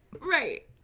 Right